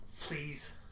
please